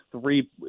three